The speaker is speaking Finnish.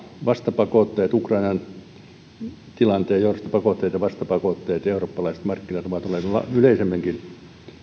vastapakotteet ukrainan tilanteen johdosta pakotteet ja vastapakotteet eurooppalaiset markkinat ovat olleet yleisemminkin